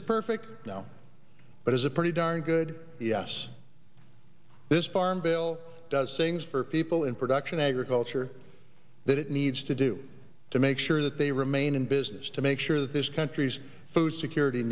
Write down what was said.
it perfect now but it's a pretty darn good yes this farm bill does things for people in production agriculture that it needs to do to make sure that they remain in business to make sure that this country's food security